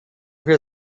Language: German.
für